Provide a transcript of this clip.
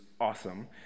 awesome